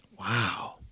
Wow